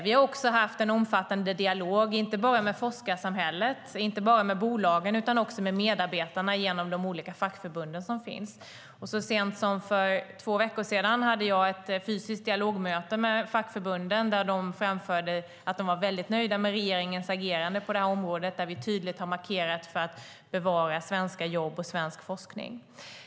Vi har haft en omfattande dialog, inte bara med forskarsamhället och med bolagen utan också med medarbetarna genom de olika fackförbunden. Så sent som för två veckor sedan hade jag ett fysiskt dialogmöte med fackförbunden som framförde att de var väldigt nöjda med regeringens agerande på det här området. Vi har tydligt markerat vikten av att bevara svenska jobb och svensk forskning.